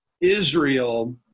Israel